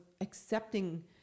accepting